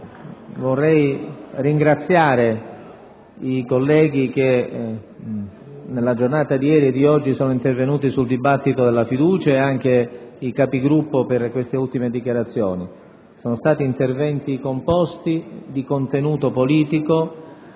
vorrei ringraziare i colleghi che nella giornata di ieri e di oggi sono intervenuti nel dibattito sulla fiducia e anche i Capigruppo per le ultime dichiarazioni illustrate. Sono stati interventi composti e di contenuto politico